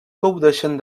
gaudeixen